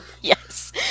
Yes